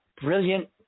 brilliant